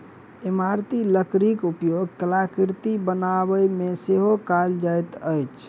इमारती लकड़ीक उपयोग कलाकृति बनाबयमे सेहो कयल जाइत अछि